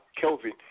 Kelvin